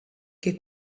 che